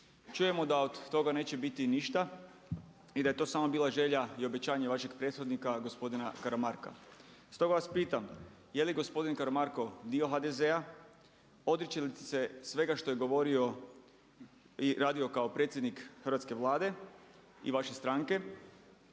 Čujemo da od toga neće biti ništa i da je to bila samo želja i obećanje vašeg prethodnika gospodina Karamarka. Stoga vas pitam je li gospodin Karamarko dio HDZ-a, odričete li ste svega što je govorio i radio kao predsjednik Hrvatske vlade i vaše strane,